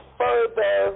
further